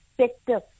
sector